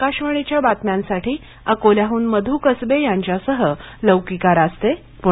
आकाशवाणीच्या बातम्यांसाठी अकोल्याहून मध् कसबे यांच्यासह लौकिका रास्ते पूणे